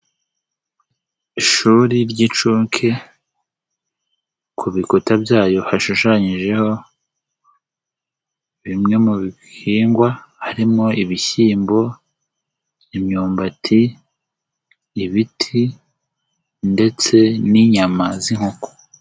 Ishuri ry'incuke, ku bikuta byayo hashushanyijeho, bimwe mu bihingwa, harimo ibishyimbo, imyumbati, ibiti ndetse n'inyama z'inkoko.